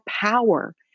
power